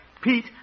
Pete